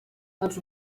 els